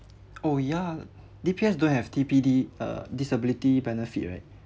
oh ya D_P_S don't have T_P_D ugh disability benefit right